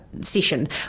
session